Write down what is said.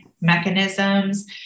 mechanisms